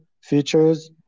features